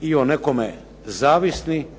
i o nekome zavisni.